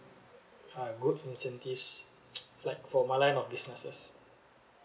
uh good incentives like for my line of businesses